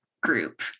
group